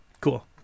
Cool